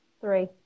Three